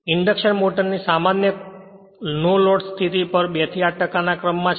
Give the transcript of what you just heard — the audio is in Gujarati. ઇન્ડક્શન મોટરની સામાન્ય ફુલ લોડ સ્લિપ 2 થી 8 ના ક્રમમાં છે